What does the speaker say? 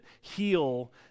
heal